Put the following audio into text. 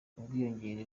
ubwiyongere